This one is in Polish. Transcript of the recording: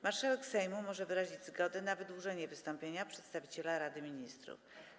Marszałek Sejmu może wyrazić zgodę na wydłużenie wystąpienia przedstawiciela Rady Ministrów.